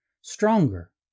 stronger